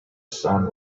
sun